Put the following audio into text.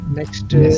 next